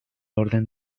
orden